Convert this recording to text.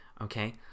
Okay